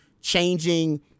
changing